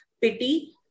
pity